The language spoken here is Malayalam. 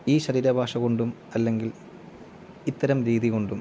ഈ ശരീരഭാഷ കൊണ്ടും അല്ലെങ്കിൽ ഇത്തരം രീതികൊണ്ടും